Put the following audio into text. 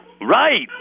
Right